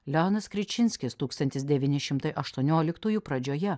leonas kričinskis tūkstantis devyni šimtai aštuonioliktųjų pradžioje